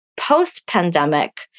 post-pandemic